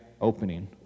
opening